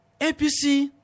APC